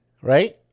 right